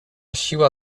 siła